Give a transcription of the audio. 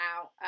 out